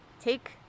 take